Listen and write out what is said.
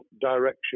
direction